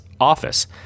office